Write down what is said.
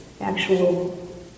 actual